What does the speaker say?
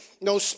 no